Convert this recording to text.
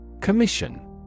Commission